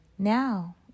Now